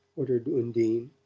ordered undine,